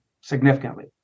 significantly